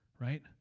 right